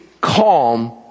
calm